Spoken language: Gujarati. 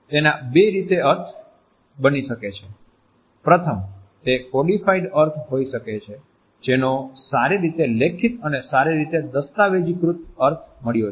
તેના બે રીતે અર્થ બની શકે છે પ્રથમ તે કોડીફાઇડ અર્થ હોઈ શકે છે જેનો સારી રીતે લેખિત અને સારી રીતે દસ્તાવેજી કૃત અર્થ મળ્યો છે